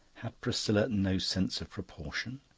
had priscilla no sense of proportion?